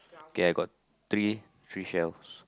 okay I got three three shelves